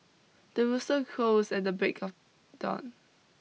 the rooster crows at the break of dawn